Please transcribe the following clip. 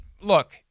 look